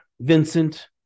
Vincent